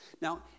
Now